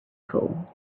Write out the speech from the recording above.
cool